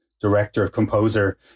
director-composer